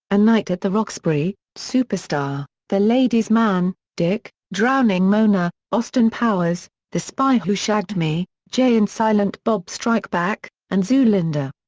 a night at the roxbury, superstar, the ladies man, dick, drowning mona, austin powers the spy who shagged me, jay and silent bob strike back, and zoolander.